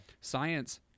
Science